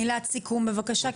מילת סיכום בבקשה,